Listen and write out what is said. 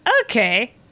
okay